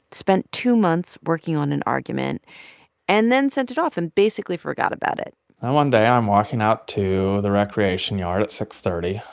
spent two months working on an argument and then sent it off and basically forgot about it then one day, i'm walking out to the recreation yard at six thirty.